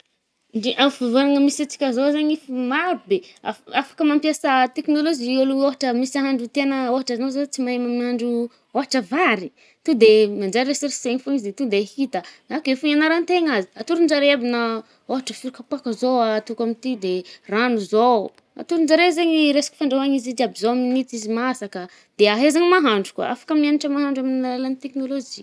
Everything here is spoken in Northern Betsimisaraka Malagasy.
Ndre amy fivoaragna misy antsika zao zaigny fa maro be, afa-afaka mampiasa teknôlôzia ôlogno. Ohatra misy ahandro tiànà, ôhatra zah zao tsy mahay ma-mandro ôhatra vary, to de manjary resersegny fôgna izy de to de hita a, ake fô nianarantegna azy, atoron-jare aby na ôhatra firy kapôka zao atoko amty de rano zao. Atoron-jare zaigny resaka fandraoàna izi jiaby, zao minitra izy masaka a. de ahezagna mahandro koà, afaka mianatra mahandro amy ny alalan’ny teknôlôzia.